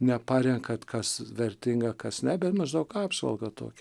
neparenkant kas vertinga kas ne bet maždaug apžvalgą tokią